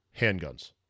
handguns